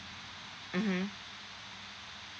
mmhmm